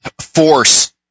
force